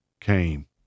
came